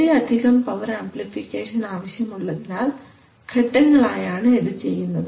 വളരെയധികം power amplification ആവശ്യമുള്ളതിനാൽ ഘട്ടങ്ങൾ ആയാണ് ഇത് ചെയ്യുന്നത്